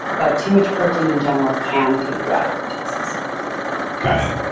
but too much protein in general can take you out of ketosis got it.